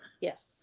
Yes